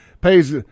pays